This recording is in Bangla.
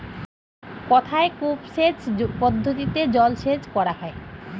কোথায় কূপ সেচ পদ্ধতিতে জলসেচ করা হয়?